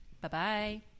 Bye-bye